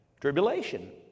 Tribulation